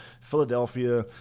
Philadelphia